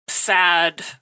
Sad